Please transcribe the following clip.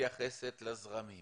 מתייחסת לזרמים